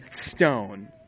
stone